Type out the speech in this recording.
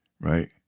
right